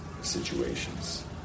situations